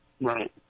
Right